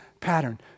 pattern